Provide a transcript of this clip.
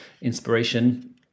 inspiration